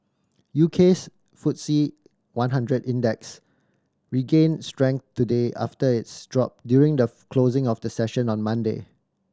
U K's Footsie one hundred Index regained strength today after its drop during the closing of the session on Monday